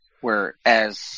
Whereas